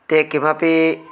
ते किमपि